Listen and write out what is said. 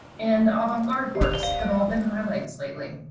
and avant garde works have all been highlights lately.